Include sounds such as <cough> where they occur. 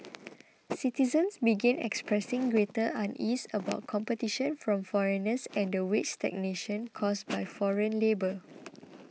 <noise> citizens began expressing greater unease about competition from foreigners and the wage stagnation caused by foreign labour <noise>